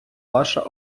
ваша